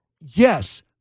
yes